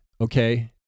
Okay